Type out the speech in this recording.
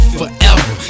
forever